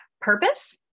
purpose